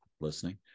listening